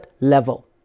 level